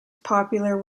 popular